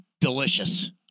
delicious